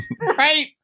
Right